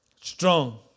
Strong